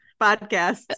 podcast